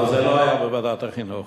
אבל זה לא היה בוועדת החינוך.